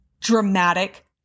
dramatic